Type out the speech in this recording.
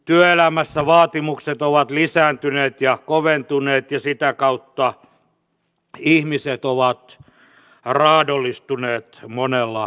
työelämässä vaatimukset ovat lisääntyneet ja koventuneet ja sitä kautta ihmiset ovat raadollistuneet monella tapaa